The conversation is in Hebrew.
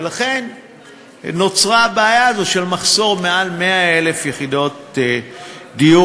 ולכן נוצרה הבעיה הזו של מחסור ביותר מ-100,000 יחידות דיור.